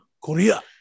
Korea